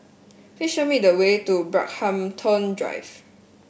please show me the way to Brockhampton Drive